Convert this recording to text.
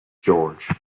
george